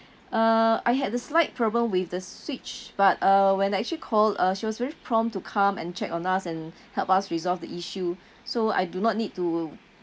uh I had a slight problem with the switch but uh when I actually called uh she was very prompt to come and check on us and help us resolve the issue so I do not need to